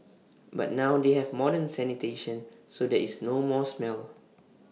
but now they have modern sanitation so there is no more smell